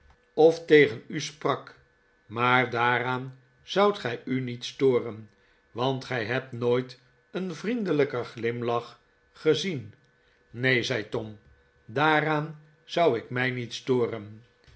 of tegen u sprak maar daaraan zoudt gij u niet storen want gij hebt nooit een vriendelijker glimlach gezien neen zei tom daaraan zou ik mij niet storen